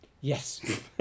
Yes